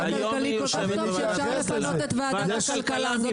היום היא יושבת בחדר ועדת הכלכלה.